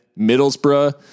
Middlesbrough